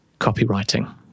copywriting